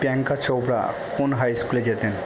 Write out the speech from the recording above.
প্রিয়াঙ্কা চোপড়া কোন হাইস্কুলে যেতেন